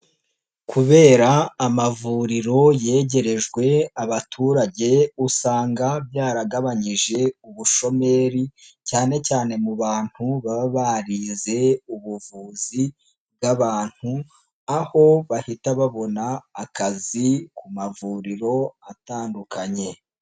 Kubera amavuriro yegerejwe abaturage, usanga byaragabanyije ubushomeri, cyane cyane mu bantu baba barize ubuvuzi bw'abantu, aho bahita babona akazi ku mavuriro atandukanye.